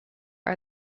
are